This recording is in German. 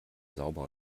sauber